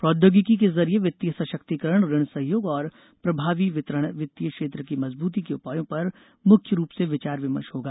प्रौद्योगिकी के जरिए वित्तीय सशक्तीकरण ऋण सहयोग और प्रभावी वितरण वित्तीय क्षेत्र की मजबूती के उपायों पर मुख्य रूप से विचार विमर्श होगा